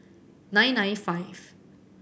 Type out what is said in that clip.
nine nine five